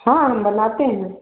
हाँ हम बनाते है